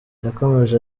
yakomeje